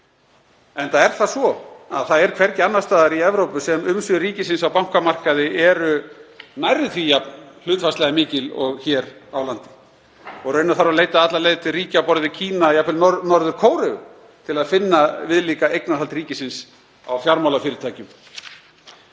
enda er það svo að hvergi annars staðar í Evrópu eru umsvif ríkisins á bankamarkaði nærri því hlutfallslega jafn mikil og hér á landi. Raunar þarf að leita alla leið til ríkja á borð við Kína, jafnvel Norður-Kóreu, til að finna viðlíka eignarhald ríkisins á fjármálafyrirtækjum.